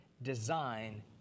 design